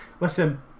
Listen